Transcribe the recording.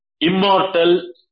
immortal